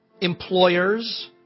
employers